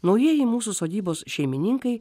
naujieji mūsų sodybos šeimininkai